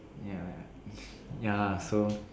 ya ya ya lah so